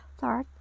third